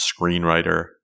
screenwriter